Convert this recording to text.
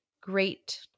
great